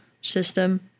system